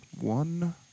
One